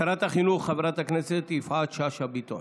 שרת החינוך חברת הכנסת יפעת שאשא ביטון.